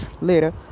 later